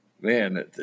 Man